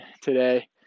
today